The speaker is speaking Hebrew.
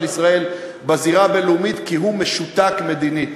ישראל בזירה הבין-לאומית כי הוא משותק מדינית.